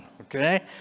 Okay